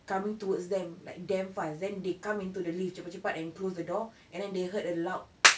coming towards them like damn fast then they come into the lift cepat-cepat and closed the door and then they heard a loud